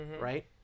right